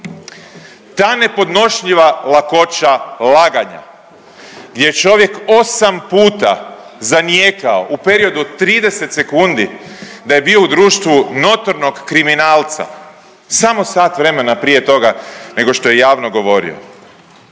ta nepodnošljiva lakoća laganja, gdje je čovjek 8 puta zanijekao u periodu od 30 sekundi da je bio u društvu notornog kriminalca samo sat vremena prije toga nego što je javno govorio.